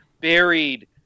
buried